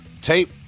tape